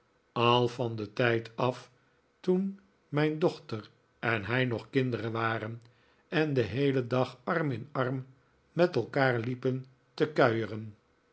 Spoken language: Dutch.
al van den tijd af toen mijn dochter en hij nog kinderen waren en den heelen dag arm in arm met elkaar liepen te kuieren